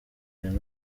none